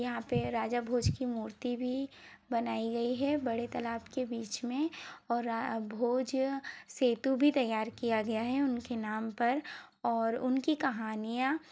यहाँ पे राजा भोज की मूर्ति भी बनाई गई है बड़े तालाब के बीच में और भोज सेतु भी तैयार किया गया है उनके नाम पर और उनकी कहानियाँ